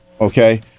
Okay